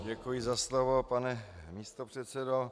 Děkuji za slovo, pane místopředsedo.